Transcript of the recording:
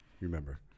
remember